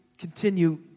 continue